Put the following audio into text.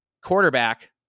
quarterback